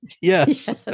Yes